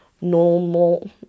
normal